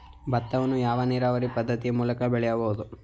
ಭತ್ತವನ್ನು ಯಾವ ನೀರಾವರಿ ಪದ್ಧತಿ ಮೂಲಕ ಬೆಳೆಯಬಹುದು?